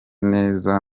neza